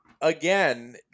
again